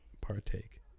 partake